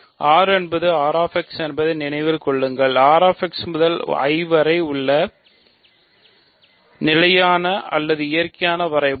R என்பது R x என்பதை நினைவில் கொள்ளுங்கள் R x முதல் I வரை உள்ள நிலையான அல்லது இயற்கை வரைபடம்